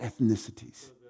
ethnicities